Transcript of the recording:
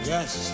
Yes